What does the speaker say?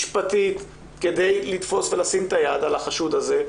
משפטית, כדי לתפוס ולשים את היד על החשוד הזה,